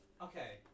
Okay